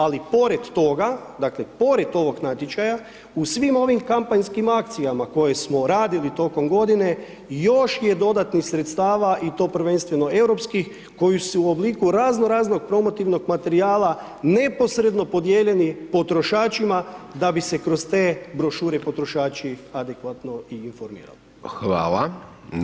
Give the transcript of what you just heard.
Ali pored toga, dakle, pored ovog natječaja, u svim ovim kampanjskim akcijama koje smo radili tokom godine, još je dodatnih sredstava i to prvenstveno europskih koji su u obliku razno raznog promotivnog materijala neposredno podijeljeni potrošačima da bi se kroz te brošure potrošači adekvatno i informirali.